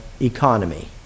economy